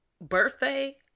birthday